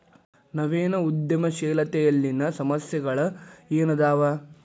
ನವೇನ ಉದ್ಯಮಶೇಲತೆಯಲ್ಲಿನ ಸಮಸ್ಯೆಗಳ ಏನದಾವ